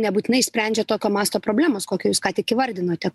nebūtinai išsprendžia tokio masto problemos kokio jūs ką tik įvardinote